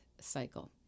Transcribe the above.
cycle